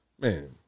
Man